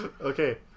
okay